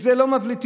את זה לא מבליטים.